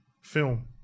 film